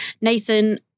Nathan